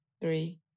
three